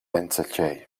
enzatgei